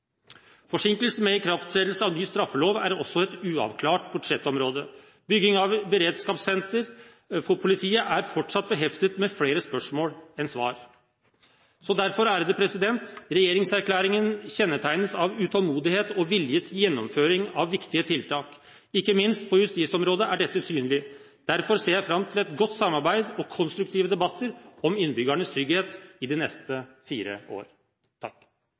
Forsinkelsen med ikrafttredelse av ny straffelov er også et uavklart budsjettområde. Bygging av et beredskapssenter for politiet er fortsatt beheftet med flere spørsmål enn svar. Derfor: Regjeringserklæringen kjennetegnes av utålmodighet og vilje til gjennomføring av viktige tiltak. Ikke minst på justisområdet er dette synlig. Derfor ser jeg fram til et godt samarbeid og konstruktive debatter om innbyggernes trygghet i de neste fire år.